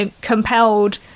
compelled